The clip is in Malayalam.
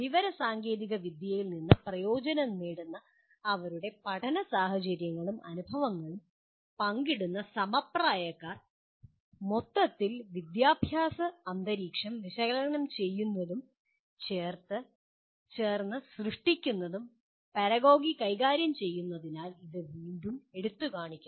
വിവരസാങ്കേതികവിദ്യയിൽ നിന്ന് പ്രയോജനം നേടുന്ന അവരുടെ പഠന സാഹചര്യങ്ങളും അനുഭവങ്ങളും പങ്കിടുന്ന സമപ്രായക്കാർ മൊത്തത്തിൽ വിദ്യാഭ്യാസ അന്തരീക്ഷം വിശകലനം ചെയ്യുന്നതും ചേർന്നു സൃഷ്ടിക്കുന്നതും പാരാഗോജി കൈകാര്യം ചെയ്യുന്നതിനാൽ ഇത് വീണ്ടും എടുത്തുകാണിക്കുന്നു